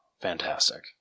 Fantastic